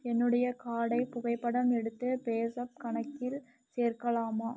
என்னுடைய கார்டை புகைப்படம் எடுத்து பேஸாப் கணக்கில் சேர்க்கலாமா